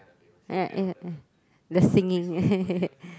uh yeah yeah yeah the singing